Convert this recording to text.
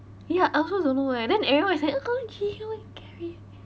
ya I also don't know eh then everyone is like oh got no ji hyo and gary